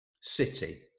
City